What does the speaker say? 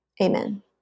Amen